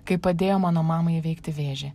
kaip padėjo mano mamai įveikti vėžį